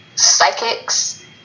psychics